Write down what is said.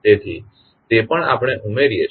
તેથી તે પણ આપણે ઉમેરીએ છીએ